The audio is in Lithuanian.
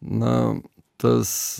na tas